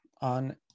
on